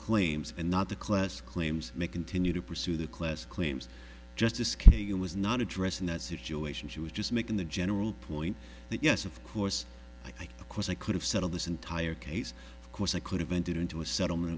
claims and not the class claims may continue to pursue the class claims justice kagan was not addressing that situation she was just making the general point that yes of course i was i could have settled this entire case of course i could have entered into a settlement